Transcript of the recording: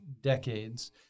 decades